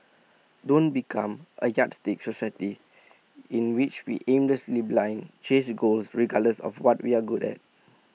don't become A yardstick society in which we aimlessly blindly chase goals regardless of what we're good at